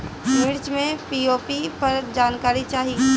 मिर्च मे पी.ओ.पी पर जानकारी चाही?